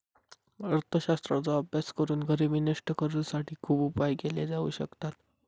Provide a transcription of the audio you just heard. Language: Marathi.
अर्थशास्त्राचो अभ्यास करून गरिबी नष्ट करुसाठी खुप उपाय केले जाउ शकतत